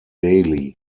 daily